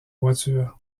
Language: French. voiture